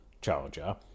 charger